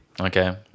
Okay